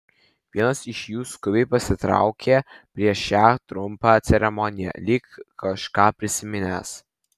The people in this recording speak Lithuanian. vienas iš jų skubiai pasitraukė prieš šią trumpą ceremoniją lyg kažką prisiminęs